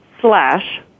slash